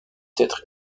être